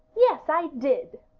yes, i did,